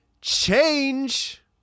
Change